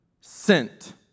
sent